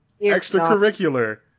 extracurricular